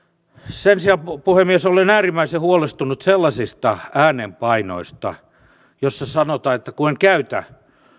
sen sijaan puhemies olen äärimmäisen huolestunut sellaisista äänenpainoista joissa sanotaan että kun en käytä